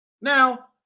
Now